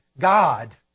God